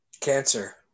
Cancer